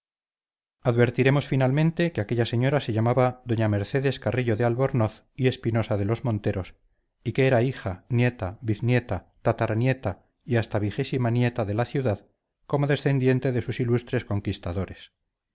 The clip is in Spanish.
advertiremos finalmente que aquella señora se llamaba doña mercedes carrillo de albornoz y espinosa de los monteros y que era hija nieta biznieta tataranieta y hasta vigésima nieta de la ciudad como descendiente de sus ilustres conquistadores